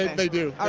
they do.